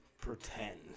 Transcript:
pretend